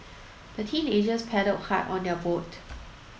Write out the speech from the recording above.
the teenagers paddled hard on their boat